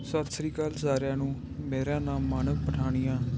ਸਤਿ ਸ਼੍ਰੀ ਅਕਾਲ ਸਾਰਿਆਂ ਨੂੰ ਮੇਰਾ ਨਾਮ ਮਾਨਵ ਪਠਾਨੀਆ